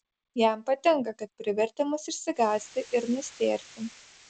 jam patinka kad privertė mus išsigąsti ir nustėrti